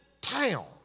town